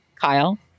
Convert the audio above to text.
Kyle